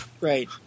Right